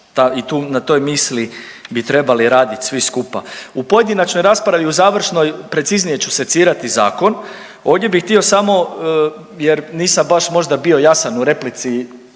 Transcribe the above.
i tu, na toj misli bi treba raditi svi skupa. U pojedinačnoj raspravi u završnoj preciznije ću secirati zakon ovdje bih htio samo jer nisam baš možda bio jasan u replici